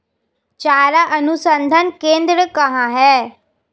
चारा अनुसंधान केंद्र कहाँ है?